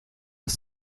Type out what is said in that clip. das